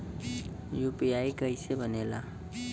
UPI कईसे बनेला?